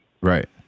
Right